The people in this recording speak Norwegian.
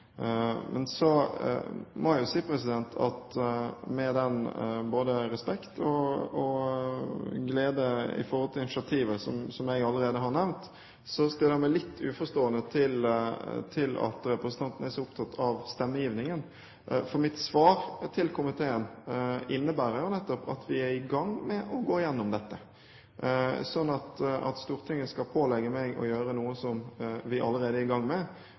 Men så må jeg jo si at med både respekt og glede for initiativet, som jeg allerede har nevnt, stiller jeg meg litt uforstående til at representanten er så opptatt av stemmegivningen. Mitt svar til komiteen innebærer jo nettopp at vi er i gang med å gå igjennom dette. At Stortinget skal pålegge meg å gjøre noe vi allerede er i gang med,